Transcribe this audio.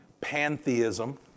Pantheism